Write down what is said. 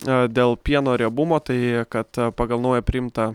ee dėl pieno riebumo tai kad pagal naują priimtą